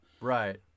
Right